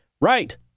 Right